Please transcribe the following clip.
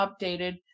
updated